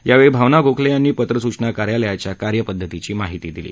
यावेळी भावना गोखले यांनी पत्र सूचना कार्यालयाच्या कार्यपद्धतीची माहिती दिली